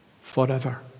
forever